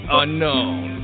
unknown